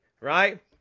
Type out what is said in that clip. right